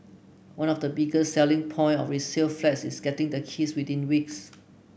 one of the biggest selling point of resale flats is getting the keys within weeks